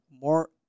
more